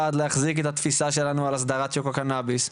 להחזיק את התפיסה שלנו על הסדרת שוק הקנביס,